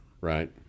Right